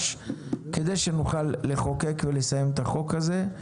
כדי שנוכל לחוקק ולסיים את החוק הזה.